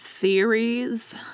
theories